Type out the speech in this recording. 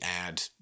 add